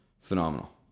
Phenomenal